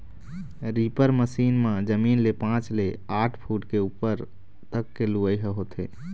reaper machine म जमीन ले पाँच ले आठ फूट के उप्पर तक के लुवई ह होथे